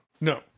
No